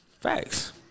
Facts